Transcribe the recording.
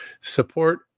Support